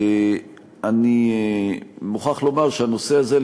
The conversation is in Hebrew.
אני מוכרח לומר שהנושא הזה,